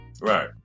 Right